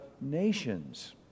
nations